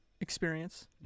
experience